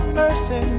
mercy